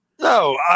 No